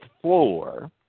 floor